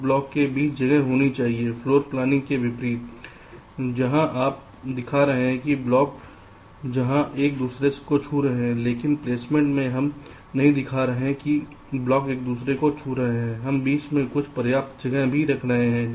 तो ब्लॉक के बीच जगह होनी चाहिए फ्लोर प्लानिंग के विपरीत है जहां आप दिखा रहे हैं कि ब्लॉक जहां एक दूसरे को छू रहे हैं लेकिन प्लेसमेंट में हम नहीं दिखा रहे हैं कि ब्लॉक एक दूसरे को छू रहे हैं हम बीच में कुछ पर्याप्त जगह भी रख रहे हैं